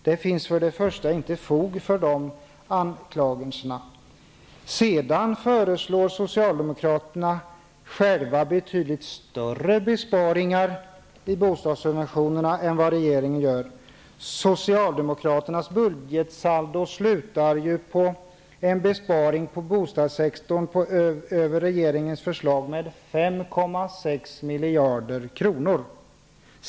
Det finns inte fog för de anklagelserna. Socialdemokraterna föreslår sedan själva betydligt större besparingar i bostadssubventionerna än regeringen. Socialdemokraternas budgetsaldo slutar på en besparing på bostadssektorn som går 5,6 miljarder utöver regeringens förslag.